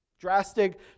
Drastic